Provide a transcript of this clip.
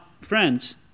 friends